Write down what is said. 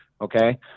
Okay